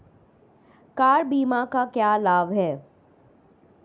Car बीमा का क्या लाभ है?